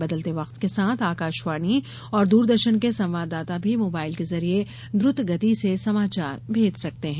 बदलते वक्त के साथ आकाशवाणी और दूरदर्शन के संवाददाता भी मोबाइल के जरिये द्वत गति से समाचार भेज सकते हैं